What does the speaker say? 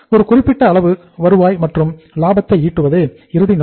ஒரு குறிப்பிட்ட அளவு வருவாய் மற்றும் லாபத்தை ஈட்டுவதே இறுதி நோக்கம்